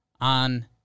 On